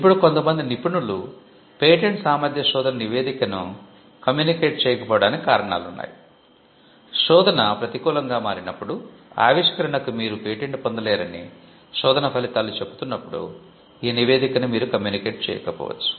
ఇప్పుడు కొంతమంది నిపుణులు పేటెంట్ సామర్థ్య శోధన నివేదికను కమ్యూనికేట్ చేయకపోవడానికి కారణాలు ఉన్నాయి శోధన ప్రతికూలంగా మారినప్పుడు ఆవిష్కరణకు మీరు పేటెంట్ పొందలేరని శోధన ఫలితాలు చెబుతున్నప్పుడు ఈ నివేదికను మీరు కమ్యూనికేట్ చేయకపోవచ్చు